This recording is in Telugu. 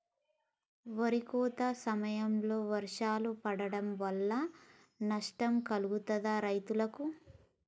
వరి కోత సమయంలో వర్షాలు పడటం వల్ల పంట నష్టం కలుగుతదా రైతులకు?